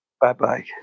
Bye-bye